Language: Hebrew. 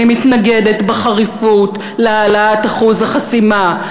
אני מתנגדת בחריפות להעלאת אחוז החסימה,